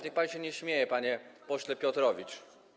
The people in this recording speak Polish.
Niech się pan nie śmieje, panie pośle Piotrowicz.